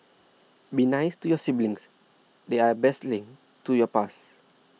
be nice to your siblings they're your best link to your past